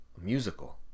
musical